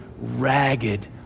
ragged